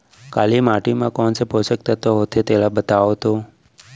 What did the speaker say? काली माटी म कोन से पोसक तत्व होथे तेला बताओ तो?